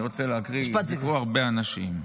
אני רוצה להקריא, דיברו הרבה אנשים.